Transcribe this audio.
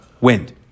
wind